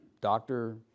doctor